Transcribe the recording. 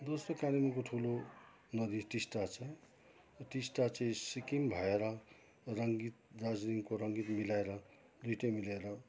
दोस्रो कालेबुङको ठुलो नदी टिस्टा छ टिस्टा चाहिँ सिक्किम भएर रङ्गित दार्जिलिङको रङ्गित मिलाएर दुइटै मिलेर